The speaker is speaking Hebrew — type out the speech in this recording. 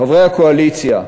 חברי הקואליציה,